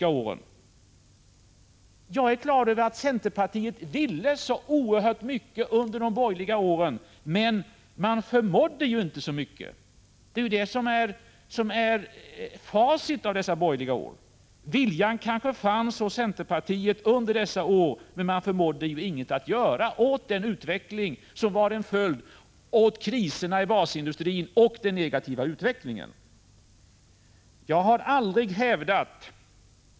Jag är på det klara med att centerpartiet ville så oerhört mycket under de borgerliga åren, men man förmådde ju inte så mycket. Det är ju detta som är facit av de borgerliga åren. Viljan fanns kanske inom centerpartiet under dessa år, men man förmådde ju inte att göra någonting åt kriserna inom basindustrin, åt den negativa utvecklingen.